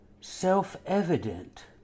self-evident